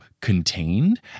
contained